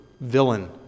villain